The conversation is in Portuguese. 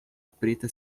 preta